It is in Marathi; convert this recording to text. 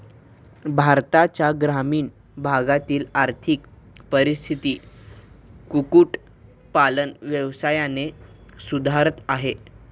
भारताच्या ग्रामीण भागातील आर्थिक परिस्थिती कुक्कुट पालन व्यवसायाने सुधारत आहे